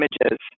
images